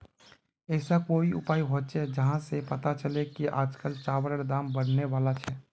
ऐसा कोई उपाय होचे जहा से पता चले की आज चावल दाम बढ़ने बला छे?